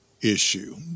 issue